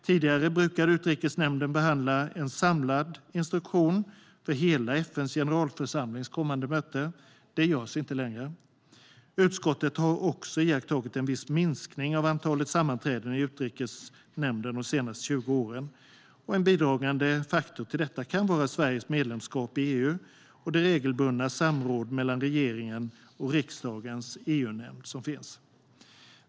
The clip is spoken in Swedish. Tidigare brukade Utrikesnämnden behandla en samlad instruktion för hela FN:s generalförsamlings kommande möte. Det görs inte längre. Utskottet har också iakttagit en viss minskning av antalet sammanträden i Utrikesnämnden de senaste 20 åren. En bidragande faktor kan vara Sveriges medlemskap i EU och det regelbundna samrådet mellan regeringen och riksdagens EU-nämnd.